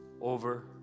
over